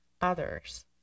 others